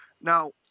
Now